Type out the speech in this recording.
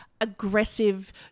aggressive